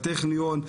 הטכניון.